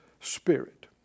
Spirit